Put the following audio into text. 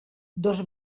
dos